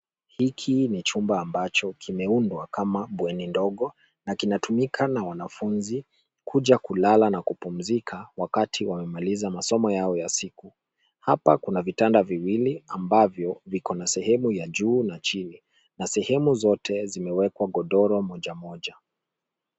Hiki ni chumba ambacho kimeundwa kama bweni ndogo na kinatumika na wanafunzi kuja kulala na kupumzika wakati wamemaliza masomo yao ya siku. Hapa kuna vitanda viwili ambavyo viko na sehemu ya juu na chini, na sehemu zote zimewekwa godoro moja moja.